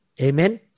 Amen